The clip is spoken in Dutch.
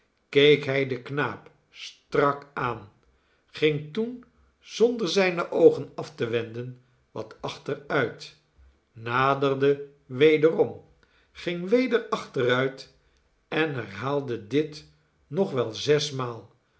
keek hij den knaap strak aan ging toen zonder zijne oogen af te wenden wat achteruit naderde wederom ging weder achteruit en herhaalde dit nog wel zesmaal